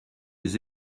les